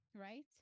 right